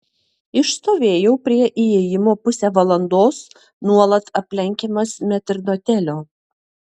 išstovėjau prie įėjimo pusę valandos nuolatos aplenkiamas metrdotelio